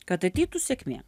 kad ateitų sėkmė